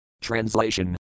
Translation